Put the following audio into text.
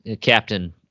Captain